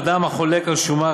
אדם החולק על שומה,